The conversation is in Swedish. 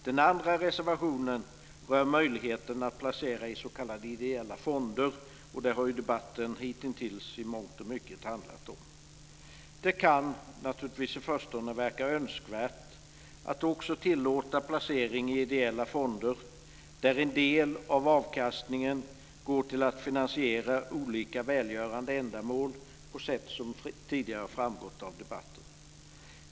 Den andra reservationen rör möjligheten att placera i s.k. ideella fonder, och det har debatten hitintills i mångt och mycket handlat om. Det kan i förstone verka önskvärt att tillåta placering i ideella fonder där en del av avkastningen går till att finansiera olika ideella ändamål på sätt som tidigare framgått av debatten.